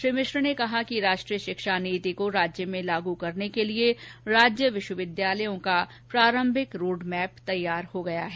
श्री मिश्र ने कहा कि राष्ट्रीय शिक्षा नीति को राज्य में लागू करने के लिए राज्य विश्वविद्यालयों का प्रारम्भिक रोडमैप तैयार हो गया है